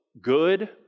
good